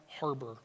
harbor